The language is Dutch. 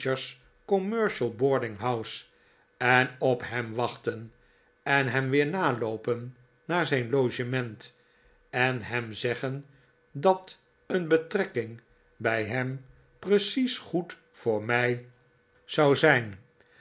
commercial boardihghouse en op hem wachten en hem weer naloopen naar zijn logement en hem zeggen dat een betrekking bij hem precies goed voor mij zou maarten chuzzlewit zijn